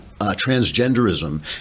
transgenderism